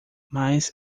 mas